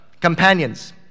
companions